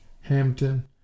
Hampton